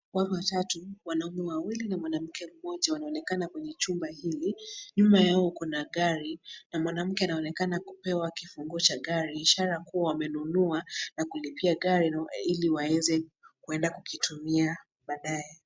Watu watatu, wanaume wawili na mwanamke mmoja wanaonekana kwenye chumba hili. Nyuma yao kuna gari na mwanamke anaonekana kupewa kifunguo cha gari, ishara kuwa amenunua na kulipia gari ili waweze kuenda kukitumia baadaye.